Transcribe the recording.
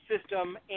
system